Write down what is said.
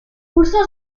curso